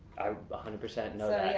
hundred percent know that.